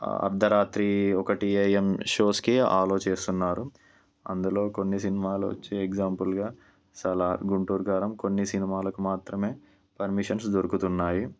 అర్ధరాత్రి ఒకటి ఏఎం షోస్కి ఆలోచిస్తున్నారు అందులో కొన్ని సినిమాలు వచ్చి ఎగ్జాంపుల్గా సలార్ గుంటూరు కారం కొన్ని సినిమాలకు మాత్రమే పర్మిషన్స్ దొరుకుతున్నాయి